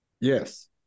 Yes